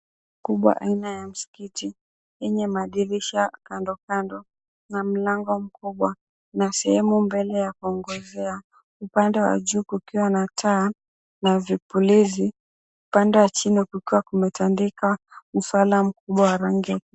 Kubwa aina ya msikiti yenye madirisha kando kando na mlango mkubwa na sehemu mbele ya kuongozea, upande wa juu kukiwa na taa na vipulizi, upande wa chini kukiwa kumetandikwa msala mkubwa wa rangi.